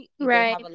Right